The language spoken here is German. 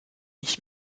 ich